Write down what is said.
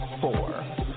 four